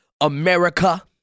America